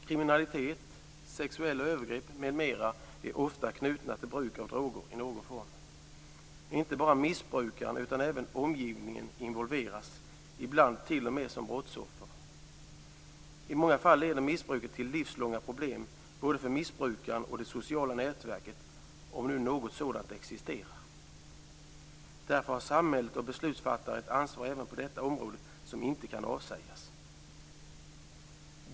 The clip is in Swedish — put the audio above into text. Kriminalitet, sexuella övergrepp m.m. är ofta knutna till bruk av droger i någon form. Inte bara missbrukaren utan även omgivningen involveras, ibland t.o.m. som brottsoffer. I många fall leder missbruket till livslånga problem både för missbrukaren och det sociala nätverket, om nu något sådant existerar. Därför har samhället och beslutsfattare ett ansvar även på detta område som inte kan avsägas.